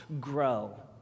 grow